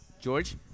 George